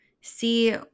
See